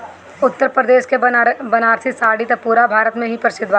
उत्तरप्रदेश के बनारसी साड़ी त पुरा भारत में ही प्रसिद्ध बाटे